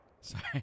sorry